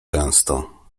często